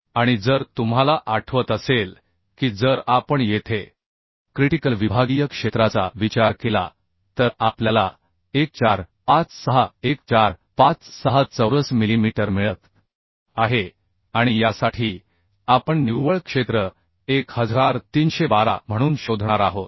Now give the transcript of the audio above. आणि जर तुम्हाला आठवत असेल की जर आपण येथे क्रिटिकल विभागीय क्षेत्राचा विचार केला तर आपल्याला 1456 1456 चौरस मिलीमीटर मिळत आहे आणि यासाठी आपण निव्वळ क्षेत्र 1312 म्हणून शोधणार आहोत